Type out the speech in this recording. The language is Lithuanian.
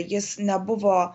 jis nebuvo